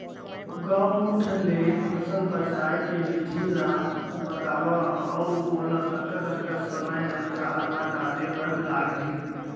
गौमूत्र ले फसल बचाए के विधि ला बतावव अऊ ओला कतका कतका समय अंतराल मा डाले बर लागही?